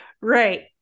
Right